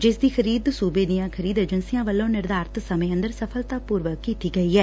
ਜਿਸ ਦੀ ਖਰੀਦ ਸੁਬੇ ਦੀਆਂ ਖਰੀਦ ਏਜੰਸੀਆਂ ਵਲੋ ਨਿਰਧਾਰਤ ਸਮੇਂ ਅੰਦਰ ਸਫਲਤਾਪੁਰਵਕ ਕੀਤੀ ਗਈ ਐ